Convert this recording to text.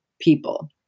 people